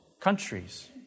countries